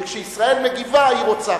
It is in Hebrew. וכשישראל מגיבה היא רוצחת.